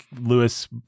Lewis